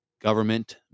government